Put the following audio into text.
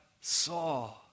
saw